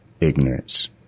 ignorance